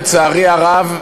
לצערי הרב,